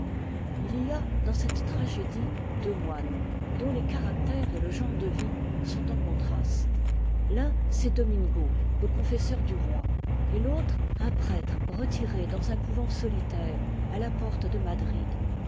t y a dans cette tragédie deux moines dont les caractères et e genre de vie sont en contraste t'un c'est domingo le confesseur du roi et t'autre un prêtre retiré dans un couvent solitaire à la porte de madrid